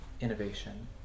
innovation